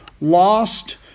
lost